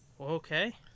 Okay